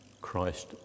Christ